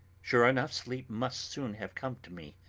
sure enough sleep must soon have come to me,